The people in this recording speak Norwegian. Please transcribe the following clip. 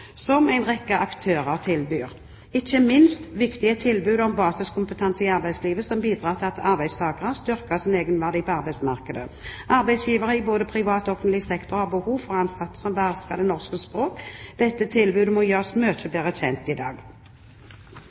som en rekke aktører tilbyr. Ikke minst viktig er tilbudet om basiskompetanse i arbeidslivet, som bidrar til at arbeidstakere styrker sin egenverdi på arbeidsmarkedet. Arbeidsgivere i både privat og offentlig sektor har behov for ansatte som behersker det norske språk. Dette tilbudet må gjøres mye bedre kjent enn det er i dag.